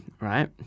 right